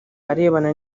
arebana